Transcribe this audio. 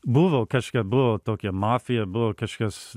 buvo kažkia buvo tokia mafija buvo kažkas